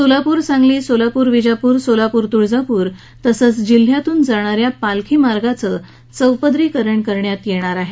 सोलापूर सांगली सोलापूर विजापूर सोलापूर तुळजापूर तसंच जिल्ह्यातून जाणाऱ्या पालखी मार्गाचं चौपदरीकरण केले जाणार आहे